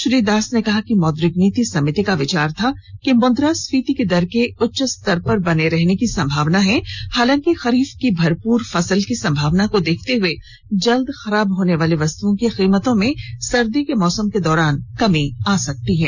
श्री दास ने कहा कि मौद्रिक नीति समिति का विचार था कि मुद्रास्फीति की दर के उच्चस्तर पर बने रहने की संभावना है हालांकि खरीफ की भरपूर फसल की संभावना को देखते हुए जल्द खराब होने वाली वस्तुओं की कीमतों में सर्दी के मौसम के दौरान कमी आ सकती है